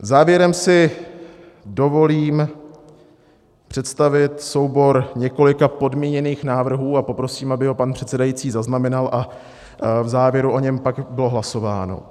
Závěrem si dovolím představit soubor několika podmíněných návrhů a poprosím, aby ho pan předsedající zaznamenal a v závěru o něm pak bylo hlasováno.